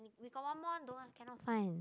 we we got one more don't cannot find